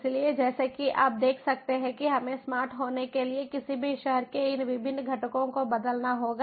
इसलिए जैसा कि आप देख सकते हैं कि हमें स्मार्ट होने के लिए किसी भी शहर के इन विभिन्न घटकों को बदलना होगा